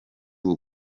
ubu